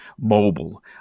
mobile